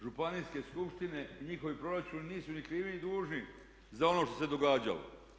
Županijske skupštine i njihovi proračuni nisu ni krivi ni dužni za ono što se događalo.